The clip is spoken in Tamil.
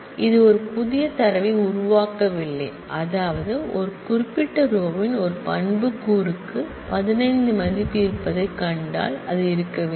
இது ஒரு புதிய டேட்டாவை உருவாக்கவில்லை அதாவது ஒரு குறிப்பிட்ட ரோன் ஒரு ஆட்ரிபூட்ஸ் க்கு மதிப்பு 15 என இருக்க வேண்டும்